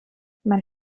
man